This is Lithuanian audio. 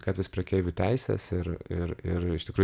gatvės prekeivių teises ir ir ir iš tikrųjų